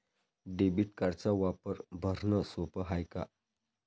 Debit कार्डचा वापर भरनं सोप हाय का?